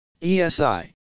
ESI